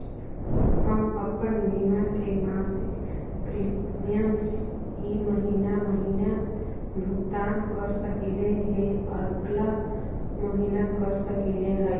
हम अप्पन बीमा के मासिक प्रीमियम ई महीना महिना भुगतान कर सकली हे, अगला महीना कर सकली हई?